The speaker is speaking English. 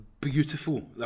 beautiful